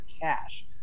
cash